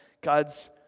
God's